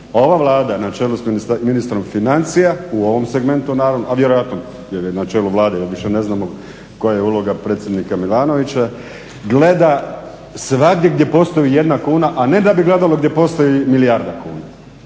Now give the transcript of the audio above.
ova Vlada na čelu sa ministrom financija u ovom segmentu, naravno, a vjerojatno jer je na čelu Vlade, više ne znamo koja je uloga predsjednika Milanovića, gleda svagdje gdje postoji jedna kuna, a ne da bi gledalo gdje postoji milijarda kuna.